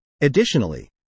Additionally